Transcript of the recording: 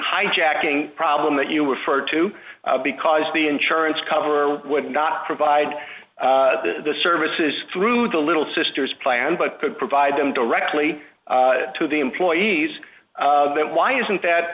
hijacking problem that you referred to because the insurance cover would not provide the services through the little sisters plan but could provide them directly to the employees then why isn't that